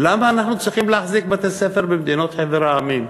למה אנחנו צריכים להחזיק בתי-ספר בחבר המדינות?